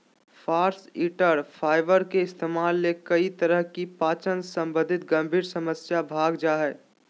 फास्इटर फाइबर के इस्तेमाल से कई तरह की पाचन संबंधी गंभीर समस्या भाग जा हइ